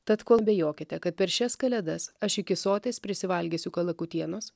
tad kol bijokite kad per šias kalėdas aš iki soties prisivalgysiu kalakutienos